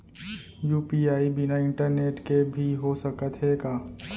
UPI बिना internet के भी हो सकत हे का?